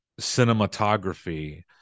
cinematography